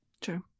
True